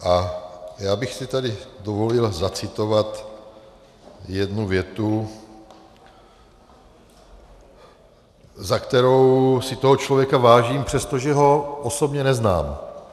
A já bych si tady dovolil zacitovat jednu větu, za kterou si toho člověka vážím, přestože ho osobně neznám.